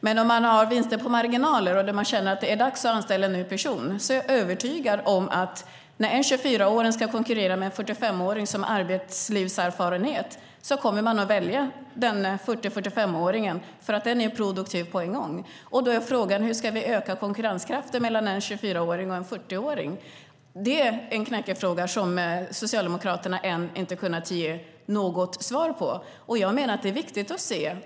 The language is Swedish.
Men om man har vinster på marginalen och känner att det är dags att anställa en ny person är jag övertygad om att när en 24-åring ska konkurrera med en 45-åring som har arbetslivserfarenhet kommer man att välja 45-åringen som är produktiv på en gång. Då är frågan: Hur ska vi öka konkurrenskraften mellan en 24-åring och en 45-åring? Det är en knäckfråga som Socialdemokraterna ännu inte har kunnat ge något svar på. Det är viktigt att se.